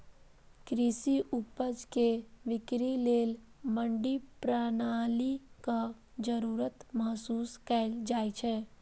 कृषि उपज के बिक्री लेल मंडी प्रणालीक जरूरत महसूस कैल जाइ छै